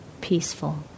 peaceful